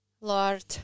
lord